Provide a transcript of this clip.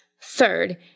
Third